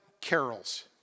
carols